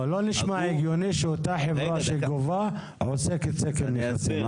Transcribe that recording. נשמע הגיוני שאותה חברה שגובה עושה סקר נכסים.